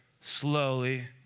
slowly